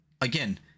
again